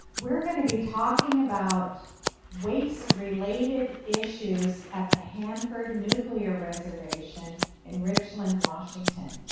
we're going to be talking about waste related issues and hanford nuclear reservation in richland, washington.